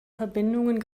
verbindungen